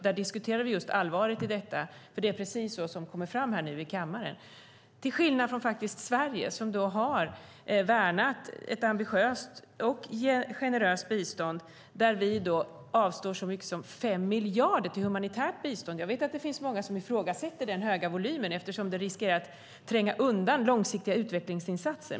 Där diskuterade vi just allvaret i detta, för det är precis så som det nu kommer fram i kammaren - till skillnad från Sverige, som har värnat om ett ambitiöst och generöst bistånd, där vi avstår så mycket som 5 miljarder till humanitärt bistånd. Jag vet att det finns många som ifrågasätter den höga volymen, eftersom den riskerar att tränga undan långsiktiga utvecklingsinsatser.